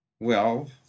Well